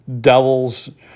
Devils